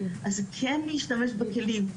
אז כן להשתמש בכלים,